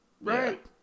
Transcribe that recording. right